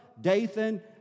Dathan